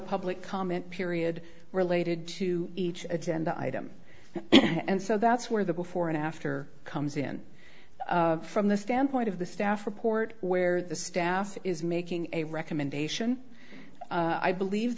public comment period related to each agenda item and so that's where the before and after comes in from the standpoint of the staff report where the staff is making a recommendation i believe